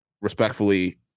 respectfully